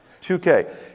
2K